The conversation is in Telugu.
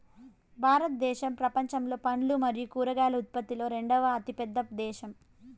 భారతదేశం ప్రపంచంలో పండ్లు మరియు కూరగాయల ఉత్పత్తిలో రెండవ అతిపెద్ద దేశం